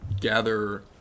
gather